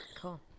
Cool